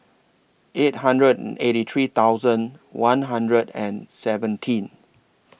eight hundred eighty three thousand one hundred and seventeen